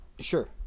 Sure